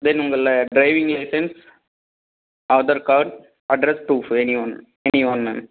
தென் உங்களை driving licence Aadhaar card address proof any one any one ma'am